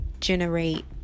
generate